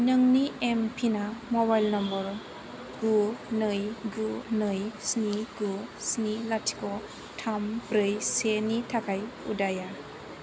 नोंनि एमपिना mobile number गु नै गु नै स्नि गु स्नि लाथिख' थाम ब्रै सेनि थाखाय उदाया